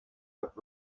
but